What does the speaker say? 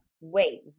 wait